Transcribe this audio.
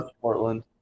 Portland